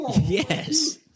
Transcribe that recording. Yes